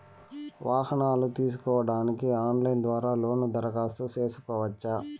వాహనాలు తీసుకోడానికి ఆన్లైన్ ద్వారా లోను దరఖాస్తు సేసుకోవచ్చా?